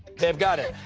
they've got it.